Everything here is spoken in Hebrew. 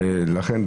לכן,